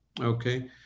okay